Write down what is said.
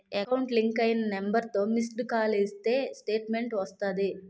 account link అయిన నెంబర్తో missed call ఇస్తే స్టేట్మెంటు వస్తాది